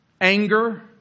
anger